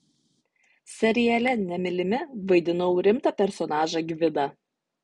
seriale nemylimi vaidinau rimtą personažą gvidą